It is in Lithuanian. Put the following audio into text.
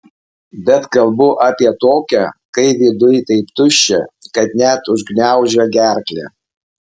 bet kalbu apie tokią kai viduj taip tuščia kad net užgniaužia gerklę